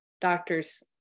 doctors